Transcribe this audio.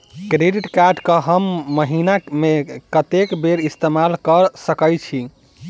Credit card कऽ हम महीना मे कत्तेक बेर इस्तेमाल कऽ सकय छी?